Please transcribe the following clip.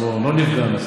לא נפגענו.